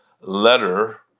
letter